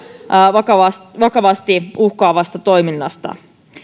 vakavasti vakavasti uhkaavasta toiminnasta